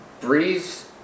Breeze